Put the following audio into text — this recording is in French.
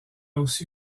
aussi